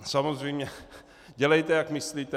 Samozřejmě dělejte, jak myslíte.